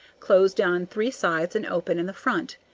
closed on three sides and open in the front,